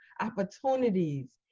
opportunities